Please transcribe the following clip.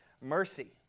mercy